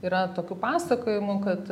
yra tokių pasakojimų kad